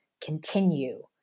continue